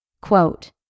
Quote